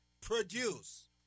Produce